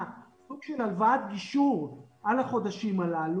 סוג של הלוואת גישור על החודשים הללו עד